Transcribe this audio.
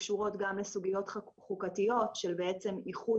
שקשורות גם לסוגיות חוקתיות של איחוד